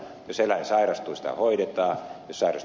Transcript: jos eläin sairastuu sitä hoidetaan